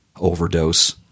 overdose